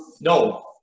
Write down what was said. no